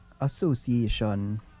Association